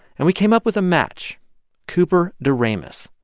and we came up with a match cooper deramus.